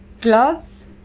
gloves